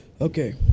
Okay